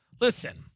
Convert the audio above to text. listen